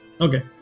okay